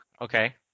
Okay